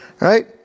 right